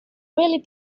really